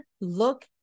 look